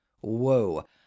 Whoa